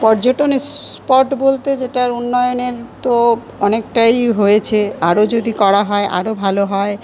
পর্যটন স্পট বলতে যেটার উন্নয়নের তো অনেকটাই হয়েছে আরো যদি করা হয় আরো ভালো হয়